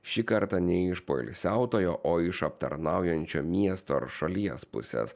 šį kartą nei iš poilsiautojo o iš aptarnaujančio miesto ar šalies pusės